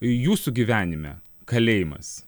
jūsų gyvenime kalėjimas